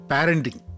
Parenting